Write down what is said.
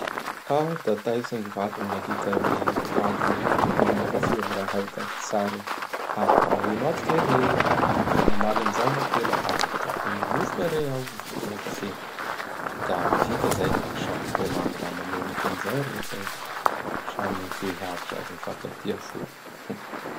Da taitsy gny vadiny nahita gny vadiny nino café am raha aho da nitsara i, magnino ato keny e?! Da namaly amizao gn'apela, da mihina mofo kay re iaho io, mihina café. Da vita izay da samy mikomandy ramanonaky amizao reo zay da samy mihehy aby sady mifankatia soa.